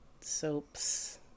soaps